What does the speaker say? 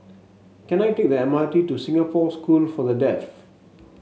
can I take the M R T to Singapore School for the Deaf